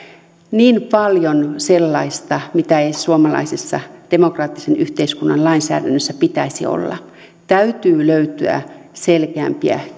niin paljon sellaista mitä ei suomalaisessa demokraattisen yhteiskunnan lainsäädännössä pitäisi olla täytyy löytyä selkeämpiä